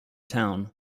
town